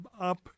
up